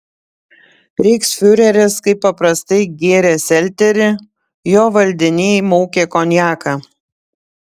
reichsfiureris kaip paprastai gėrė selterį jo valdiniai maukė konjaką